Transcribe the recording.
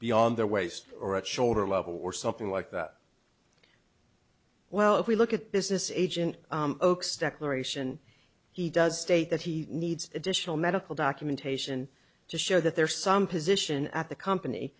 beyond their waist or at shoulder level or something like that well if we look at business agent oaks declaration he does state that he needs additional medical documentation to show that there is some position at the company